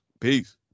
Peace